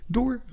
Door